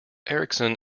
ericsson